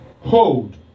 hold